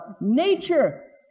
Nature